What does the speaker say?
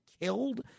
killed